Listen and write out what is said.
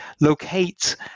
locate